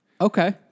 Okay